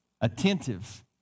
Attentive